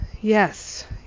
yes